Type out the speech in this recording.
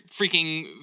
Freaking